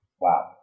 Wow